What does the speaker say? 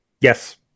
Yes